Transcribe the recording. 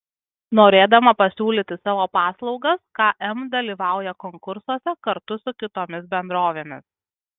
norėdama pasiūlyti savo paslaugas km dalyvauja konkursuose kartu su kitomis bendrovėmis